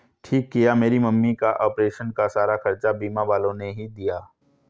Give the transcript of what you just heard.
ठीक किया मेरी मम्मी का ऑपरेशन का सारा खर्चा बीमा वालों ने ही दिया